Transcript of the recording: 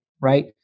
right